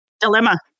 Dilemma